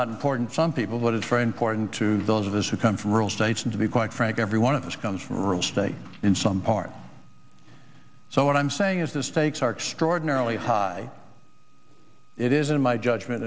not important some people but it's very important to those of us who come from rural states and to be quite frank everyone of us comes from a rural state in some parts so what i'm saying is the stakes are extraordinarily high it is in my judgment